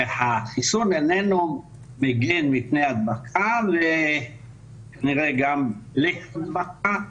וחיסון איננו מגן מפני ההדבקה וכנראה גם --- להדבקה.